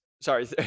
Sorry